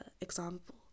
example